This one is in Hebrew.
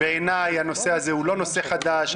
בעיניי, הנושא הזה הוא לא נושא חדש.